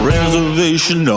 Reservation